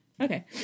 okay